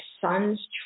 son's